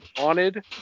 wanted